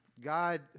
God